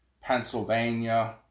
Pennsylvania